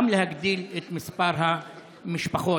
להגדיל את מספר המשפחות.